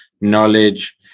knowledge